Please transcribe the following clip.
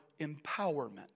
empowerment